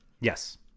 Yes